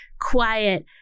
quiet